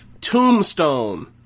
tombstone